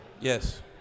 Yes